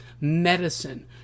medicine